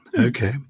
Okay